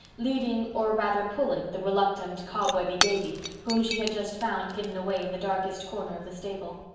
leading, or rather pulling, the reluctant, cobwebby davy, whom she had just found hidden away in the darkest corner of the stable.